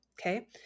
okay